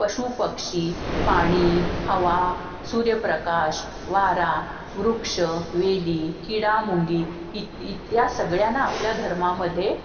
पशुपक्षी पाणी हवा सूर्यप्रकाश वारा वृक्ष वेली किडामुंगी इत इत या सगळ्यांना आपल्या धर्मामध्ये